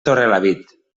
torrelavit